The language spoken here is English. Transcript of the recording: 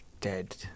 Dead